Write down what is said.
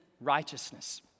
righteousness